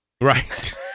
Right